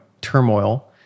turmoil